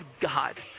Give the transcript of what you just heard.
God